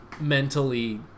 mentally